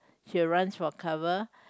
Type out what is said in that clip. she will runs for cover